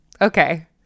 okay